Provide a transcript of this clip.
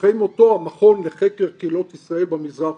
ואחרי מותו המכון לחקר קהילות ישראל במזרח,